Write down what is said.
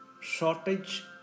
Shortage